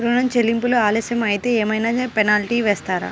ఋణ చెల్లింపులు ఆలస్యం అయితే ఏమైన పెనాల్టీ వేస్తారా?